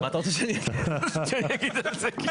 מה אתה רוצה שאני אגיד על זה?